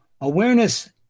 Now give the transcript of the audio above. Awareness